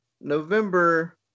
November